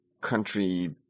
country